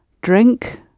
drink